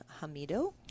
Hamido